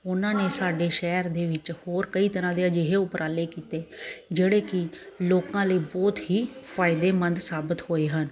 ਉਹਨਾਂ ਨੇ ਸਾਡੇ ਸ਼ਹਿਰ ਦੇ ਵਿੱਚ ਹੋਰ ਕਈ ਤਰ੍ਹਾਂ ਦੇ ਅਜਿਹੇ ਉਪਰਾਲੇ ਕੀਤੇ ਜਿਹੜੇ ਕਿ ਲੋਕਾਂ ਲਈ ਬਹੁਤ ਹੀ ਫ਼ਾਇਦੇਮੰਦ ਸਾਬਤ ਹੋਏ ਹਨ